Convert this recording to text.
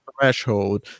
threshold